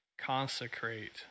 consecrate